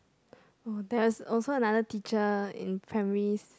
oh there's also another teacher in primary